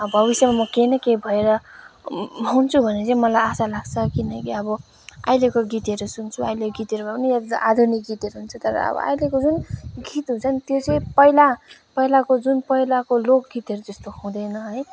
अब भविष्यमा म केही न केही भएर हुन्छु भनेर चाहिँ मलाई आसा लाग्छ किनकि अब अहिलेको गीतहरू सुन्छु अहिलेको गीतहरूमा पनि आधुनिक गीत हुन्छ र अब अहिलेको जुन गीतहरू छ नि त्यो चाहिँ पहिला पहिलाको जुन पहिलाको लोक गीत जस्तो हुँदैन है